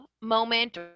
moment